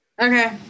okay